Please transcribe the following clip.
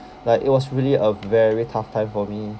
like it was really a very tough time for me